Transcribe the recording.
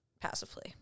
passively